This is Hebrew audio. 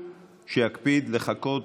תודה,